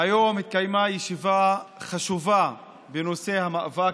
היום התקיימה ישיבה חשובה בנושא המאבק